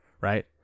right